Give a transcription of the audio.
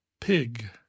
pig